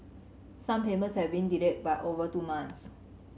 some payments have been delayed by over two months